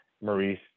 Maurice